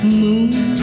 moon